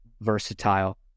versatile